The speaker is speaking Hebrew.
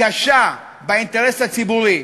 קשה, באינטרס הציבורי.